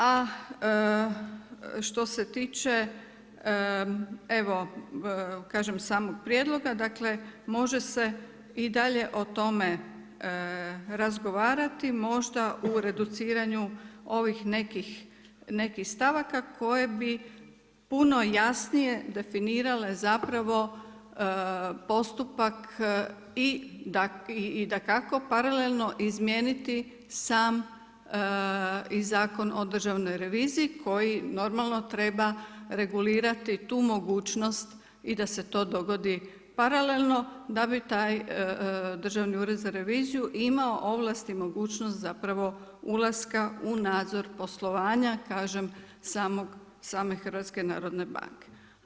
A što se tiče evo kažem samog prijedloga, dakle, može se i dalje o tome razgovarati možda u reduciranju ovih nekih stavaka koje bi puno jasnije definirale zapravo postupak i dakako paralelno izmijeniti sam i Zakon o državnoj reviziji koji normalno treba regulirati tu mogućnost i da se to dogodi paralelno da bi taj Državni ured za reviziju imao ovlasti i mogućnost zapravo ulaska u nadzor poslovanja kažem, same Hrvatske narodne banke.